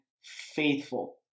faithful